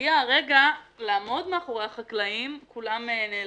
כשמגיע הרגע לעמוד מאחורי החקלאים כולם נעלמים.